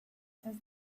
says